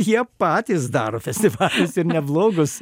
jie patys daro festivalius ir neblogus